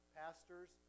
pastors